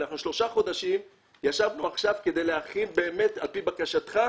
שלושה חודשים ישבנו כדי להכין, על פי בקשתך,